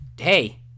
hey